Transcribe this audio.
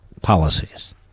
policies